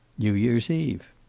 new-year's eve.